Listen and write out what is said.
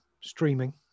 streaming